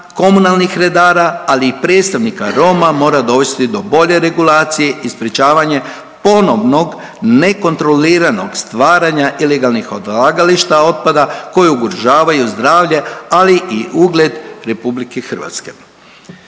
komunalnih redara, ali i predstavnika Roma mora dovesti do bolje regulacije i sprječavanje ponovnog nekontroliranog stvaranja ilegalnih odlagališta otpada koji ugrožavaju zdravlje ali i ugled Republike Hrvatske.